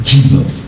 Jesus